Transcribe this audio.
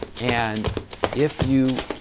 and if you